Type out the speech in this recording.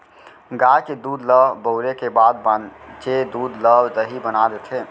गाय के दूद ल बउरे के बाद बॉंचे दूद ल दही बना देथे